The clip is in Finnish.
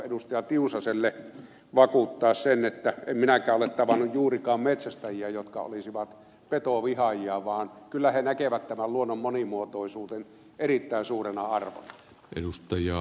tiusaselle vakuuttaa että en minäkään ole tavannut juurikaan metsästäjiä jotka olisivat petovihaajia vaan kyllä he näkevät tämän luonnon monimuotoisuuden erittäin suurena arvona